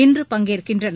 இன்று பங்கேற்கின்றனர்